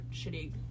shitty